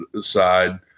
side